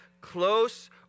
close